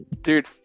Dude